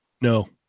No